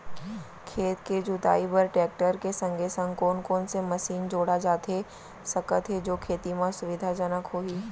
खेत के जुताई बर टेकटर के संगे संग कोन कोन से मशीन जोड़ा जाथे सकत हे जो खेती म सुविधाजनक होही?